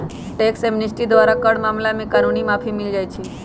tax amnesty द्वारा कर मामला में कानूनी माफी मिल जाइ छै